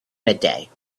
midday